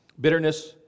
Bitterness